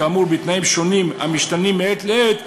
כאמור בתנאים שונים המשתנים מעת לעת,